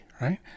right